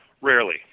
Rarely